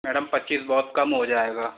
madam पच्चीस बहुत कम हो जाएगा